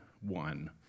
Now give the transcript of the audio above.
one